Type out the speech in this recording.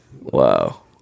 Wow